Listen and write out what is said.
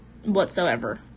whatsoever